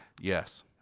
Yes